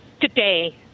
today